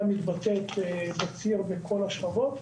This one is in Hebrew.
מתבטאת בציר בכל השכבות.